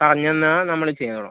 പറഞ്ഞുതന്നാല് നമ്മള് ചെയ്തോളാം